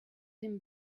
him